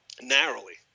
narrowly